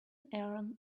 aaron